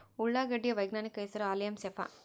ಉಳ್ಳಾಗಡ್ಡಿ ಯ ವೈಜ್ಞಾನಿಕ ಹೆಸರು ಅಲಿಯಂ ಸೆಪಾ